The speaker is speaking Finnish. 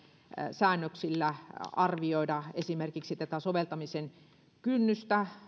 säännöksillä arvioida esimerkiksi tämän soveltamisen kynnystä